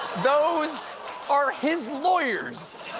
those are his lawyers,